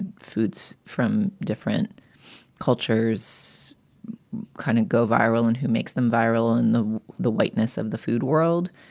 and foods from different cultures kind of go viral and who makes them viral and the the whiteness of the food world.